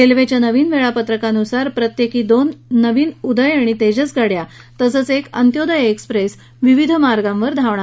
रेल्वेच्या नवीन वेळापत्रकानुसार प्रत्येकी दोन नवीन उदय आणि तेजस गाड्या तसंच एक अंत्योदय एक्सप्रेस विविध मार्गांवर धावणार आहेत